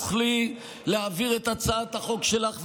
תוכלי להעביר את הצעת החוק שלך,